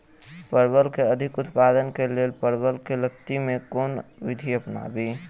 परवल केँ अधिक उत्पादन केँ लेल परवल केँ लती मे केँ कुन विधि अपनाबी?